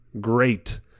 great